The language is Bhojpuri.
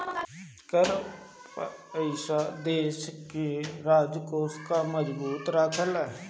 कर कअ पईसा देस के राजकोष के मजबूत रखेला